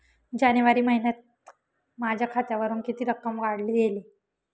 जानेवारी महिन्यात माझ्या खात्यावरुन किती रक्कम काढली गेली?